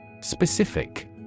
Specific